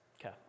Okay